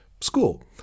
school